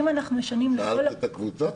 שאלת את הקבוצה?